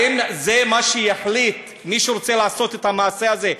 האם זה מה שיחליט מי שרוצה לעשות את המעשה הזה,